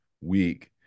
week